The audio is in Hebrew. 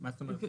מה זאת אומרת?